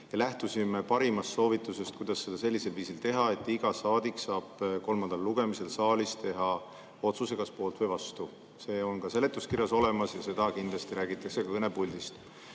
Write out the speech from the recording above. lähtusime parimast soovitusest, kuidas seda sellisel viisil teha, et iga saadik saab kolmandal lugemisel saalis teha otsuse kas poolt või vastu. See on seletuskirjas olemas ja seda kindlasti räägitakse ka kõnepuldist.